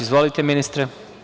Izvolite ministre.